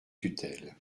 tutelle